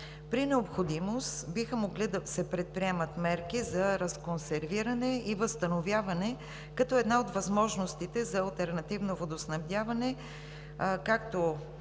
При необходимост биха могли да се предприемат мерки за разконсервиране и възстановяване, като една от възможностите е алтернативно водоснабдяване, както